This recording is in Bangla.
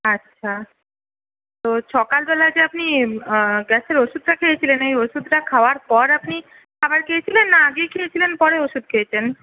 আচ্ছা তো সকালবেলায় যে আপনি গ্যাসের ওষুধটা খেয়েছিলেন এই ওষুধটা খাওয়ার পর আপনি খাবার খেয়েছিলেন না আগেই খেয়েছিলেন পরে ওষুধ খেয়েছেন